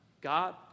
God